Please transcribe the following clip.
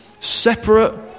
separate